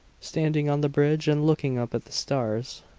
standing on the bridge and looking up at the stars.